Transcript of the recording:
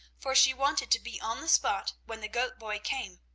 for she wanted to be on the spot when the goat-boy came.